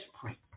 pray